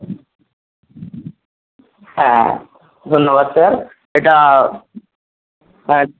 হ্যাঁ ধন্যবাদ স্যার এটা হ্যাঁ